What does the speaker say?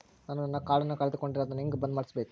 ನಾನು ನನ್ನ ಕಾರ್ಡನ್ನ ಕಳೆದುಕೊಂಡರೆ ಅದನ್ನ ಹೆಂಗ ಬಂದ್ ಮಾಡಿಸಬೇಕು?